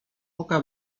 oka